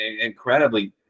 incredibly